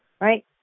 right